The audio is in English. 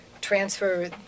transfer